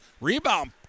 Rebound